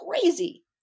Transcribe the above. crazy